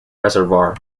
reservoir